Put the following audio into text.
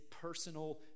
personal